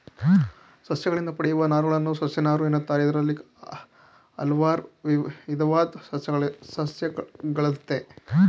ಸಸ್ಯಗಳಿಂದ ಪಡೆಯುವ ನಾರುಗಳನ್ನು ಸಸ್ಯನಾರು ಎನ್ನುತ್ತಾರೆ ಇದ್ರಲ್ಲಿ ಹಲ್ವಾರು ವಿದವಾದ್ ಸಸ್ಯಗಳಯ್ತೆ